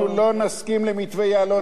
אנחנו לא נסכים למתווה יעלון.